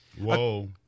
Whoa